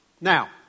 now